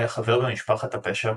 היה חבר במשפחת הפשע פרופאצ'י,